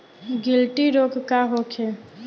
गिलटी रोग का होखे?